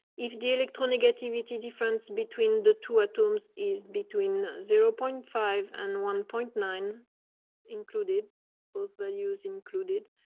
if the electronic activity difference between the two items is between zero point five and one point nine included those values included